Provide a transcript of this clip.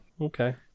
Okay